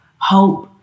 hope